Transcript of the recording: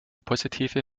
positive